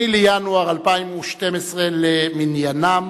2 בינואר 2012 למניינם.